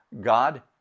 God